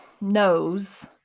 knows